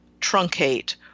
truncate